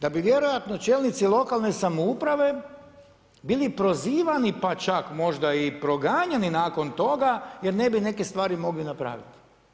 Da bi vjerojatno čelnici lokalne samouprave bili prozivani pa čak možda i proganjani nakon toga jer ne bi neke stvari mogli napraviti.